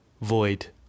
void